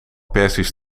perzisch